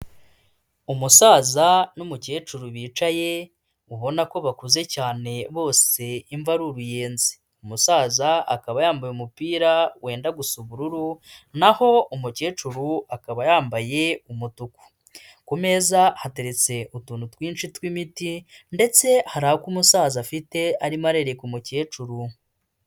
Umusaza n'umukecuru bicaye, ubona ko bakuze cyane, bose imvi ari uruyenzi. Umusaza akaba yambaye umupira wenda gusa ubururu, naho umukecuru akaba yambaye umutuku. Ku meza hateretse utuntu twinshi tw'imiti, ndetse hari ako umusaza afite, arimo arereka umukecuru.